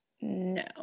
no